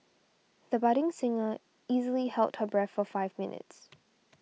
the budding singer easily held her breath for five minutes